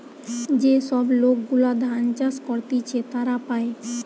যে সব লোক গুলা ধান চাষ করতিছে তারা পায়